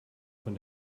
von